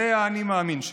זה האני מאמין שלי,